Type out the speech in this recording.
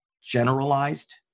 generalized